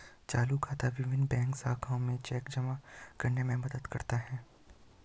चालू खाता विभिन्न बैंक शाखाओं में चेक जमा करने में मदद करता है